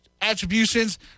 attributions